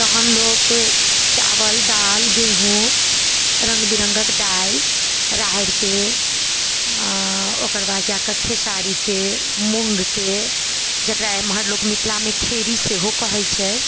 तहन लोक चावल दालि गेहूँ रङ्ग बिरङ्गक दालि राहरिके आओर ओकरा बाद जाकऽ खेसारीके मूँगके जकरा इम्हर लोक मिथिलामे खेड़हि सेहो कहै छै